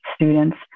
students